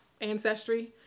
ancestry